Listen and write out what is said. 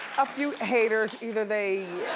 a few haters, either they,